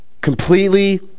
Completely